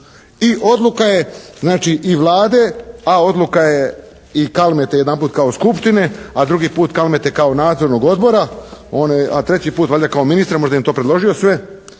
I odluka je znači i Vlade, a odluka je i Kalmete jedanput kao Skupštine a drugi put Kalmete kao Nadzornog odbora, one, a treći put valjda kao ministra. Možda je i on to predložio sve.